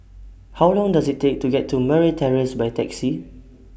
How Long Does IT Take to get to Murray Terrace By Taxi